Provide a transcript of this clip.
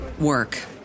work